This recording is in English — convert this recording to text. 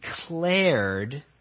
declared